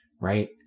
right